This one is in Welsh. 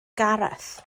gareth